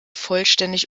vollständig